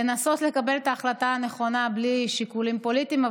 לנסות לקבל את ההחלטה הנכונה בלי שיקולים פוליטיים.